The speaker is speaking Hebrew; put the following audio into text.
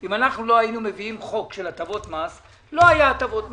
אם אנחנו לא היינו מביאים הצעת חוק בעניין הטבות מס לא היו הטבות מס.